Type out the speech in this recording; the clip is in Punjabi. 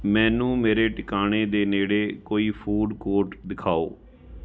ਮੈਨੂੰ ਮੇਰੇ ਟਿਕਾਣੇ ਦੇ ਨੇੜੇ ਕੋਈ ਫੂਡ ਕੋਟ ਦਿਖਾਓ